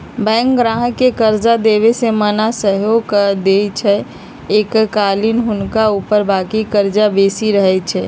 bank गाहक के कर्जा देबऐ से मना सएहो कऽ देएय छइ कएलाकि हुनका ऊपर बाकी कर्जा बेशी रहै छइ